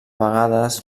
vegades